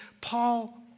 Paul